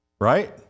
right